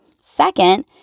Second